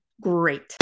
great